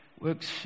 Works